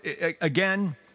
again